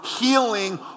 healing